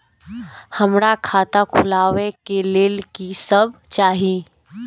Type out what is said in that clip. हमरा खाता खोलावे के लेल की सब चाही?